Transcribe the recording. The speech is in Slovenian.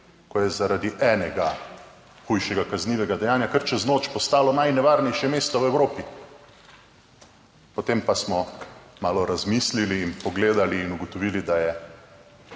zaradi enega hujšega kaznivega dejanja kar čez noč postalo najnevarnejše mesto v Evropi. Potem pa smo malo razmislili in pogledali in ugotovili, da je